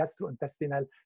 gastrointestinal